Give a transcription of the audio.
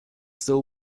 still